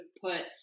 put